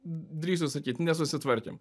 drįstu sakyt nesusitvarkėm